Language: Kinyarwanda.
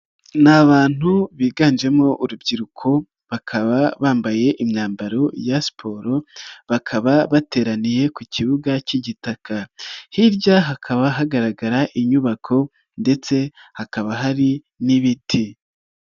Ni abantu biganjemo urubyiruko bakaba bambaye imyambaro ya siporo bakaba bateraniye ku kibuga cy'igitaka, hirya hakaba hagaragara inyubako ndetse hakaba hari n'ibiti.